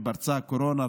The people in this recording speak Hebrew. כשפרצה הקורונה,